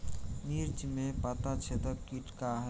मिर्च में पता छेदक किट का है?